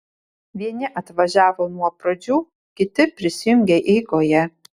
vieni atvažiavo nuo pradžių kiti prisijungė eigoje